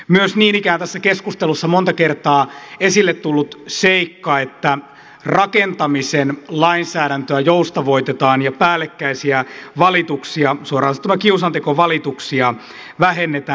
myös niin ikään tässä keskustelussa monta kertaa esille tullut seikka että rakentamisen lainsäädäntöä joustavoitetaan ja päällekkäisiä valituksia suoraan sanottuna kiusantekovalituksia vähennetään